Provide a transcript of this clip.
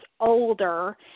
older